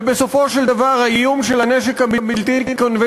ובסופו של דבר האיום של הנשק הבלתי-קונבנציונלי